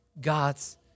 God's